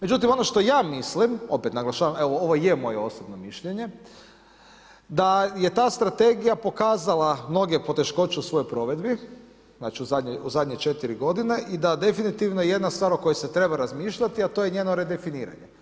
Međutim ono što ja mislim, opet naglašavam, ovo je moje osobno mišljenje, da je ta strategija pokazala mnoge poteškoće u svojoj provedbi u zadnje četiri godine i da definitivno jedna stvar o kojoj se treba razmišljati, a to je njeno redefiniranje.